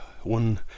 one